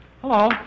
Hello